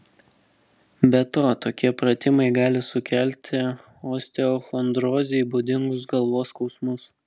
be to tokie pratimai gali sukelti osteochondrozei būdingus galvos skausmus